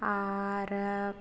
ᱟᱻᱨ